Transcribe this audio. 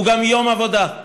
הוא גם יום עבודה,